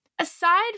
Aside